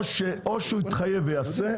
או שיתחייב ויעשה,